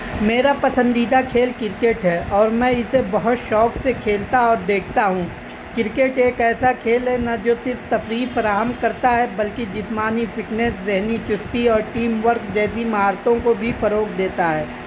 میرا پسندیدہ کھیل کرکٹ ہے اور میں اسے بہت شوق سے کھیلتا اور دیکھتا ہوں کرکٹ ایک ایسا کھیل ہے نہ جو صرف تفریح فراہم کرتا ہے بلکہ جسمانی فٹنس ذہنی چستی اور ٹیم ورک جیسی مہارتوں کو بھی فروغ دیتا ہے